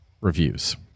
reviews